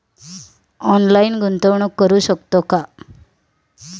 Online गुंतवणूक करू शकतो का?